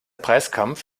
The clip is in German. preiskampf